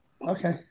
Okay